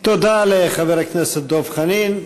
תודה לחבר הכנסת דב חנין.